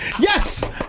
Yes